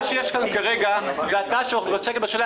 מה שיש כאן כרגע זו הצעה שמתעסקת בשאלה